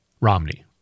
Romney